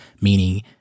meaning